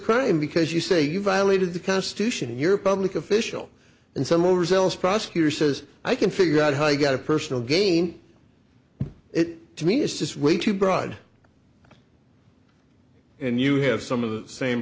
crime because you say you violated the constitution and you're a public official and some overzealous prosecutor says i can figure out how i got a personal gain it to me is just way too broad and you have some of the same